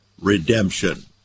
redemption